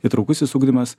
įtraukusis ugdymas